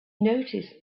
noticed